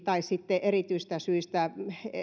tai sitten erityisistä syistä